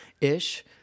ish